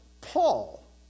Paul